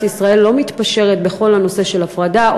ישראל לא מתפשרת בכל הנושא של הפרדה,